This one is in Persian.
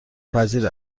پذیر